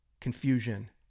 confusion